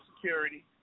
security